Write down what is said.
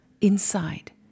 inside